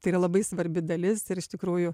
tai yra labai svarbi dalis ir iš tikrųjų